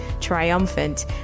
triumphant